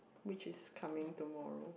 which is coming tomorrow